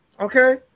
Okay